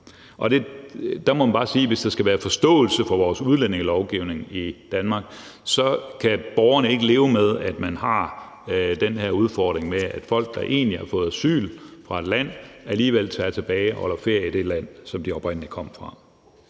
og der må man bare sige, at hvis der skal være forståelse for vores udlændingelovgivning i Danmark, så kan borgerne ikke leve med, at man har den her udfordring med, at folk, der egentlig har fået asyl, alligevel tager tilbage og holder ferie i det land, som de oprindelig kom fra.